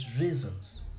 reasons